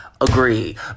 agree